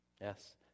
Yes